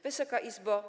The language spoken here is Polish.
Wysoka Izbo!